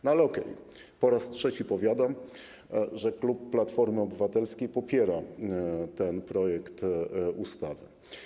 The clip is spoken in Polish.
Mimo to po raz trzeci powiadam, że klub Platformy Obywatelskiej popiera projekt ustawy.